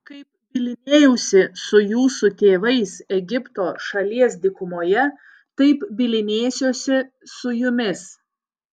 kaip bylinėjausi su jūsų tėvais egipto šalies dykumoje taip bylinėsiuosi su jumis